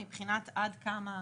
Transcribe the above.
מבחינת עד כמה,